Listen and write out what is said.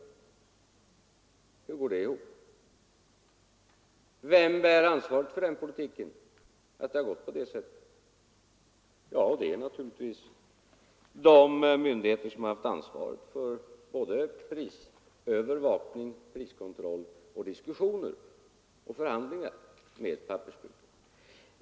Hur går det ihop? Vem bär ansvaret för den politiken? Ja, det är naturligtvis de myndigheter som har haft ansvaret för prisövervakning och priskontroll samt diskussioner och förhandlingar med pappersbruken.